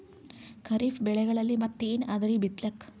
ಖರೀಫ್ ಬೆಳೆಗಳಲ್ಲಿ ಮತ್ ಏನ್ ಅದರೀ ಬಿತ್ತಲಿಕ್?